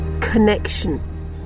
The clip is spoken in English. connection